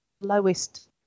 lowest